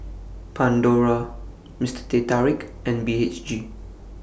Pandora Mister Teh Tarik and B H G